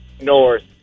North